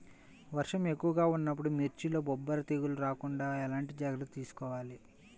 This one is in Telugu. వర్షం ఎక్కువగా ఉన్నప్పుడు మిర్చిలో బొబ్బర తెగులు రాకుండా ఎలాంటి జాగ్రత్తలు తీసుకోవాలి?